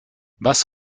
was